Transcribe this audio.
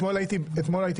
אתמול הייתי בעשהאל.